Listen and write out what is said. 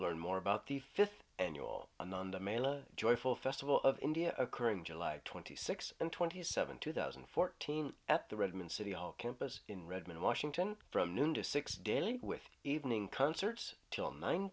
learn more about the fifth annual nanda mayla joyful festival of india occurring july twenty sixth and twenty seventh two thousand and fourteen at the redmond city hall campus in redmond washington from noon to six daily with evening concerts till nine